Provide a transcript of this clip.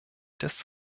des